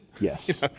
Yes